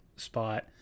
Spot